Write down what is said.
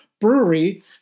brewery